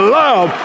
love